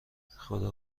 خدا